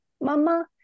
mama